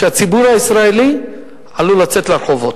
שהציבור הישראלי עלול לצאת לרחובות.